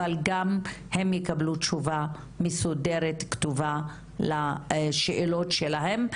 אבל גם הם יקבלו תשובה מסודרת וכתובה לשאלות שלהם,